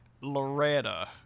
Loretta